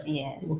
yes